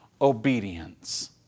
obedience